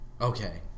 Okay